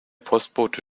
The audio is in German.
postbote